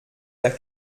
der